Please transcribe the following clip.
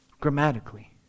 Grammatically